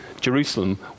Jerusalem